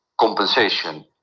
compensation